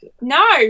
no